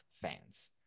fans